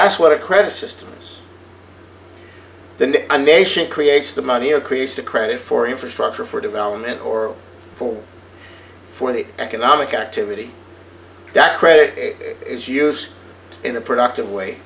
that's what a credit systems the nation creates the money or creates the credit for infrastructure for development or for for the economic activity that credit is use in a productive way